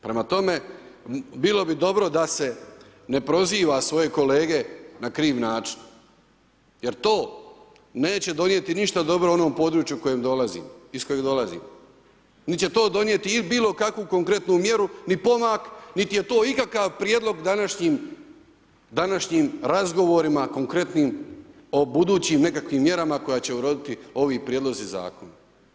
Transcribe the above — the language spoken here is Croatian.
Prema tome, bilo bi dobro da se ne proziva svoje kolege na kriv način jer to neće donijeti ništa dobro u onom području iz kojeg dolazi, niti će to donijeti bilo kakvu konkretnu mjeru, ni pomak, niti je to ikakav prijedlog današnjim razgovorima, konkretnim o budućim mjerama kojim će uroditi ovi prijedlozi zakona.